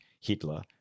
Hitler